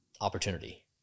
opportunity